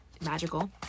magical